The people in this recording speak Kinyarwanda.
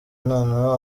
noneho